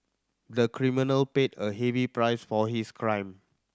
the criminal paid a heavy price for his crime